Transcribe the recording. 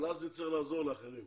אז נצטרך לעזור לאחרים.